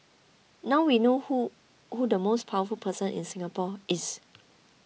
now we know who who the most powerful person in Singapore is